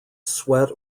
sweat